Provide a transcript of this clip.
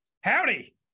Howdy